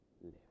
live